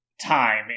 time